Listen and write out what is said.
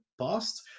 past